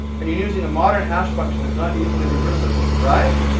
and you're using a modern hash function that's not easily reversible, right?